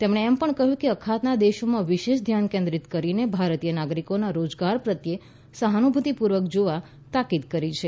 તેમણે એમ પણ કહ્યું કે અખાતના દેશોમાં વિશેષધ્યાન કેન્દ્રિત કરીને ભારતીય નાગરિકોના રોજગારપ્રત્યે સહાનુભૂતિ પૂર્વક જોવા તાકીદ કરી છે